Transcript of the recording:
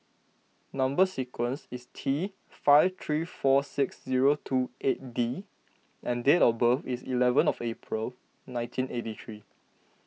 Number Sequence is T five three four six zero two eight D and date of birth is eleven of April nineteen eighty three